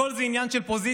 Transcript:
הכול זה עניין של פוזיציה?